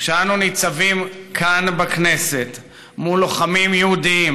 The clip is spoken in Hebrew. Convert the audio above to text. כשאנו ניצבים כאן בכנסת מול לוחמים יהודים